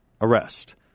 arrest